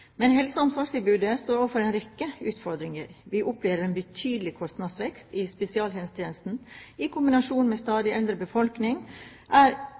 Men helse- og omsorgstilbudet står overfor en rekke utfordringer. Vi opplever en betydelig kostnadsvekst i spesialisthelsetjenesten. I kombinasjon med en stadig eldre befolkning er